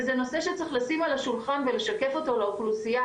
וזה נושא שצריך לשים על השולחן ולשקף אותו לאוכלוסייה.